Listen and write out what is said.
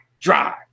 drive